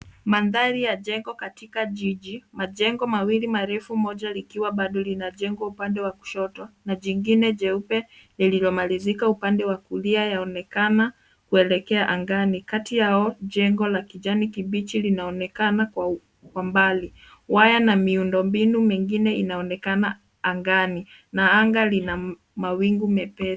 Mandhari ya jengo katika jiji. Majengo mawili marefu moja likiwa bado linajengwa upande wa kushoto na jingine jeupe lililomalizika upande wa kulia na linaonekana kuelekea angani. Kati yao jengo la kijani kibichi linaonekana kwa mbali. Waya na miundo mingine inaonekana angani na anga lina mawingu mepesi.